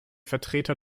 vertreter